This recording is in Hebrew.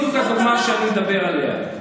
זאת בדיוק הדוגמה שאני מדבר עליה.